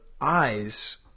eyes